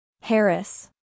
Harris